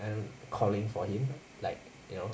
a calling for him like you know